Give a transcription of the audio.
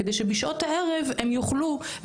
כדי שבשעות הערב הם יוכלו,